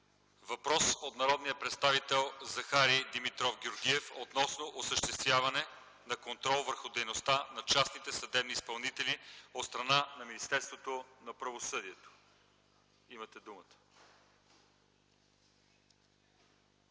Въпрос от народния представител Захари Димитров Георгиев, относно осъществяване на контрол върху дейността на частните съдебни изпълнители от страна на Министерството на правосъдието. Имате думата.